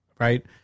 Right